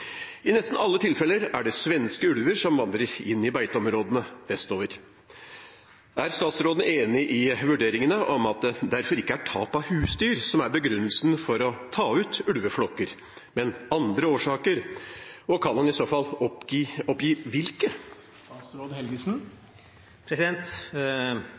I nesten alle tilfeller er det svenske ulver som vandrer inn i beiteområdene vestover. Er statsråden enig i vurderingene om at det derfor ikke er tap av husdyr som er begrunnelsen for å ta ut ulveflokker, men andre årsaker, og kan han i så fall oppgi hvilke?»